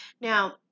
Now